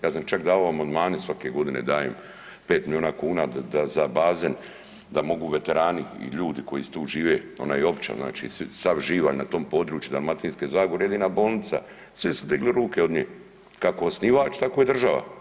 Ja sam čak davao amandmane, svake godine dajem pet milijuna kuna za bazen da mogu veterani i ljudi koji tu žive, ona je opća, znači sav živalj na tom području Dalmatinske zagore jedina bolnica, svi su digli ruke od nje kako osnivač tako i država.